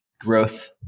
growth